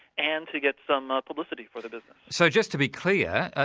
and to get some ah publicity for the business. so just to be clear,